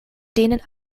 denen